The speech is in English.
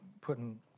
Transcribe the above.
putting